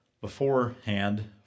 beforehand